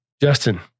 Justin